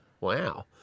wow